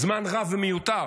זמן רב ומיותר.